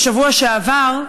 בשבוע שעבר,